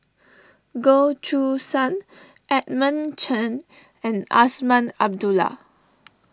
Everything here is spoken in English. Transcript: Goh Choo San Edmund Chen and Azman Abdullah